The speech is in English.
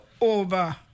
over